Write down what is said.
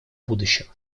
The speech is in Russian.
будущего